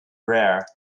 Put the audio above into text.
rare